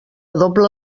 doble